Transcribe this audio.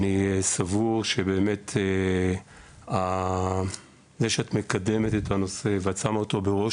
אני סבור שזה שאת מקדמת את הנושא ואת שמה אותו בראש